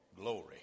glory